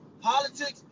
politics